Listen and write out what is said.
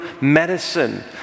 medicine